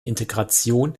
integration